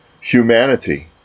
humanity